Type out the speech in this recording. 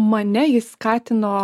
mane jis skatino